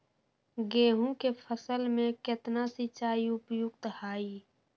गेंहू के फसल में केतना सिंचाई उपयुक्त हाइ?